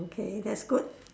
okay that's good